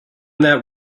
that